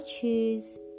choose